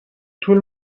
طول